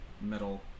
metal